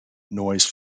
noise